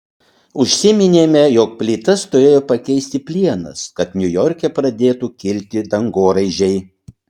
užsiminėme jog plytas turėjo pakeisti plienas kad niujorke pradėtų kilti dangoraižiai